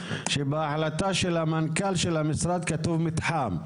בהחלטה של המנכ"ל של המשרד כתוב מתחם,